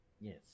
Yes